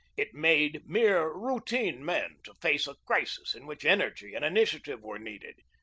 it made mere routine men to face a crisis in which energy and initiative were needed.